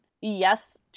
yes